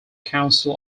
council